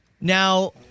Now